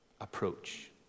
approach